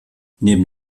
neben